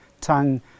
tongue